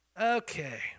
okay